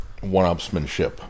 one-upsmanship